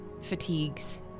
fatigues